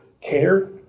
care